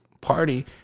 party